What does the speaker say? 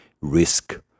risk